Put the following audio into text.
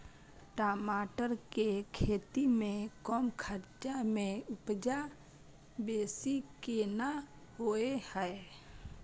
टमाटर के खेती में कम खर्च में उपजा बेसी केना होय है?